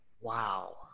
Wow